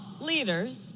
leaders